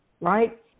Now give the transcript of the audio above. right